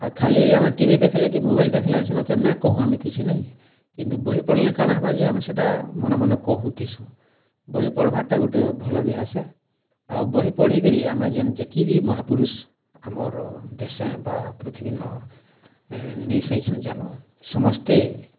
ଆଉ ଖାଲି ଆମେ ଟିଭି ଦେଖ୍ଲେ କି ମୋବାଇଲ୍ ଦେଖ୍ଲେ ସେନ ତ ନାଇଁ କହୁଁ ଆମେ କିଛି ନାହିଁ କିନ୍ତୁ ବହି ପଢ଼୍ଲେ କାଣା ହେବାକି ଆମେ ସେଟା ମନେ ମନେ କହୁଥିସୁଁ ବହି ପଢ଼ବାର୍ଟା ଗୁଟେ ଭଲ୍ ଅଭ୍ୟାସ୍ ଆଏ ଆଉ ବହି ପଢ଼ିକିରି ଆମେ ଯେନ୍ ଯେତିକି ବି ମହାପୁରୁଷ୍ ଆମର୍ ଦେଶେ ବା ପୃଥିବୀନ ନେଇ ସାଇଛନ୍ତି ଜନ୍ମ ସମସ୍ତେ